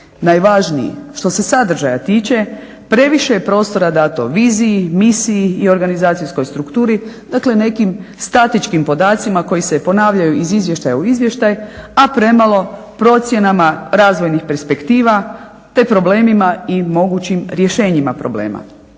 najvažniji. Što se sadržaja tiče previše je prostora dato viziji, misiji i organizacijskoj strukturi, dakle nekim statičkim podacima koji se ponavljaju iz izvještaja u izvještaj, a premalo procjenama razvojnih perspektiva, te problemima i mogućim rješenjima problema.